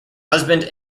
husband